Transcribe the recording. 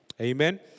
Amen